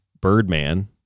Birdman